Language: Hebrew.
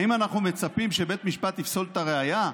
האם אנחנו מצפים שבית המשפט יפסול את הראיה?